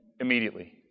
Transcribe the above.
immediately